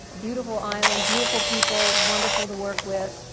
beautiful island, beautiful people, wonderful to work with.